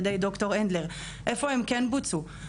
איפה הם כן בוצעו?